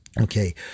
Okay